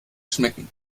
schmecken